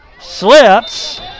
Slips